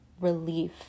relief